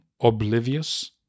oblivious